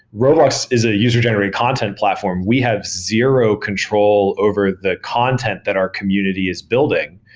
roblox is a user-generated content platform. we have zero control over the content that our community is building.